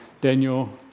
Daniel